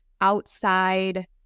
outside